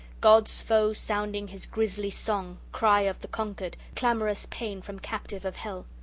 god's foe sounding his grisly song, cry of the conquered, clamorous pain from captive of hell.